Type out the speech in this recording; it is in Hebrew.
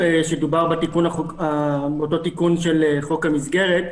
דובר בתיקון של אותו תיקון של חוק המסגרת,